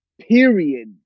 period